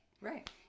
Right